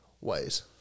ways